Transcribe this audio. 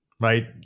right